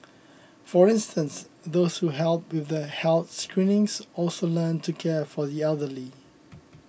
for instance those who helped with the health screenings also learnt to care for the elderly